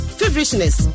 feverishness